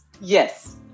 yes